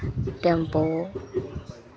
tempo